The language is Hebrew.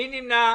מי נמנע?